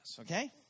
okay